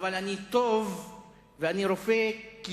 אבל אני טוב ואני רופא כי